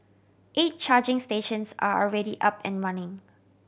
eight charging stations are already up and running